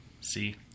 see